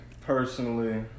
Personally